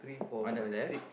Arnold left